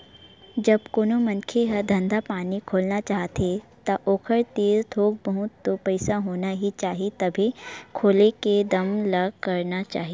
जब कोनो मनखे ह धंधा पानी खोलना चाहथे ता ओखर तीर थोक बहुत तो पइसा होना ही चाही तभे खोले के दम ल करना चाही